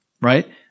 right